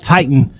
Titan